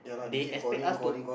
they expect us to